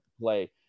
play